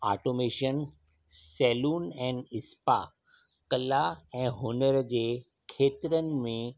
automation salon ऐं spa कला ऐं हुनुर जे खेत्रनि में